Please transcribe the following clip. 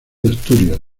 asturias